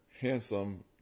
handsome